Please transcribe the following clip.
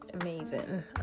amazing